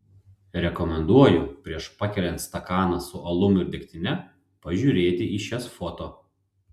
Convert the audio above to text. rekomenduoju prieš pakeliant stakaną su alum ir degtine pažiūrėti į šias foto